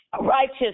Righteous